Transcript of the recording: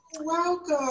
Welcome